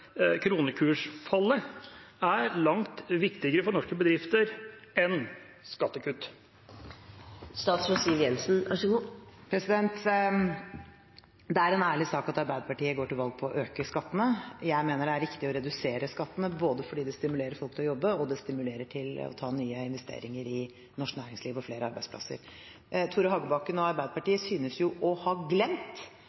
Arbeiderpartiet går til valg på å øke skattene. Jeg mener det er riktig å redusere skattene – både fordi det stimulerer folk til å jobbe, og fordi det stimulerer til nye investeringer i norsk næringsliv og flere arbeidsplasser. Tore Hagebakken og